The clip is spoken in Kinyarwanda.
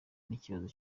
n’ikibazo